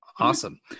Awesome